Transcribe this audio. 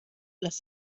las